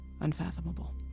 unfathomable